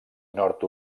nord